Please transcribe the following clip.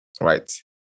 Right